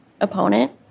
opponent